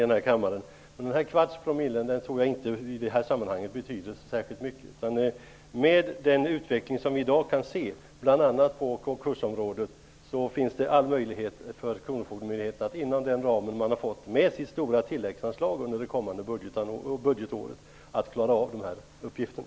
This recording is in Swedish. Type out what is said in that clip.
Denna kvarts promille tror jag inte betyder särskilt mycket i detta sammanhang. Med den utveckling vi i dag kan se bl.a. på konkursområdet finns det all möjlighet för kronofogdemyndigheterna att inom den ram man fått och med det stora tilläggsanslaget under det kommande budgetåret, klara av uppgifterna.